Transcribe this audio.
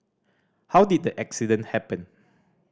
how did the accident happen